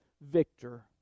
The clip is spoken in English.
victor